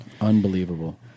Unbelievable